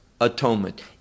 atonement